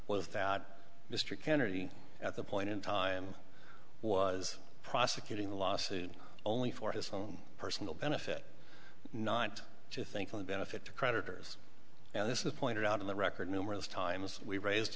was that mr kennedy at that point in time was prosecuting the lawsuit only for his own personal benefit not just think of the benefit to creditors and this is pointed out in the record numerous times we raised